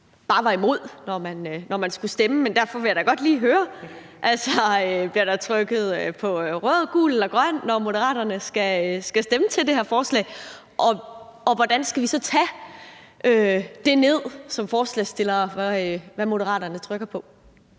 bare var imod, når man skulle stemme. Derfor vil jeg da godt lige høre: Altså, bliver der trykket på rød, gul eller grøn, når Moderaterne skal stemme ved en afstemning om det her forslag, og hvordan skal vi som forslagsstillere så tage ned, hvad Moderaterne trykker på?